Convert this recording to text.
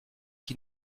qui